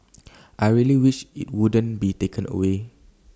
I really wish IT wouldn't be taken away